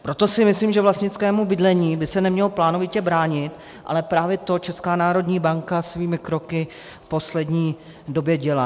Proto si myslím, že vlastnickému bydlení by se nemělo plánovitě bránit, ale právě to Česká národní banka svými kroky v poslední době dělá.